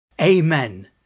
Amen